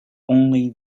only